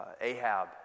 Ahab